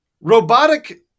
Robotic